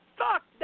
fuck